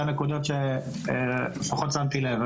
אבל זה הנקודות שלפחות שמתי לב.